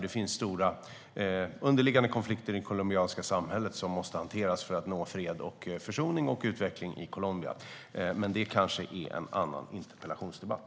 Det finns nämligen stora underliggande konflikter i det colombianska samhället som måste hanteras för att fred, försoning och utveckling ska nås i Colombia. Men det är kanske en annan interpellationsdebatt.